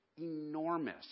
enormous